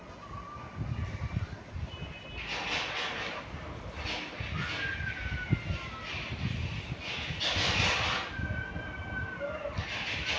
हमरा कर्जक पाय जमा करै लेली लेल बैंक जाए परतै?